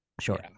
sure